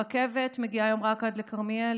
הרכבת מגיעה היום רק עד לכרמיאל,